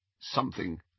Something